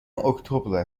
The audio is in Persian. اکتبر